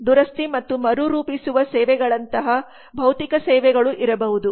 ದುರಸ್ತಿ ಮತ್ತು ಮರುರೂಪಿಸುವ ಸೇವೆಗಳಂತಹ ಭೌತಿಕ ಸೇವೆಗಳು ಇರಬಹುದು